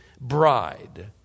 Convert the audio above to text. bride